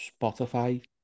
Spotify